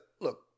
look